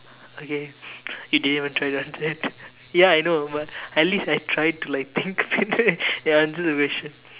okay you didn't even try to answer that ya I know but at least I tried to like think and ya answer the question